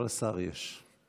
אבל שר יש.